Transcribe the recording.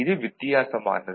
இது வித்தியாசமானது